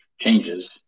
Changes